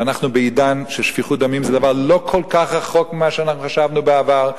ואנחנו בעידן ששפיכות דמים זה דבר לא כל כך רחוק כמו שאנחנו חשבנו בעבר,